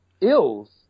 ills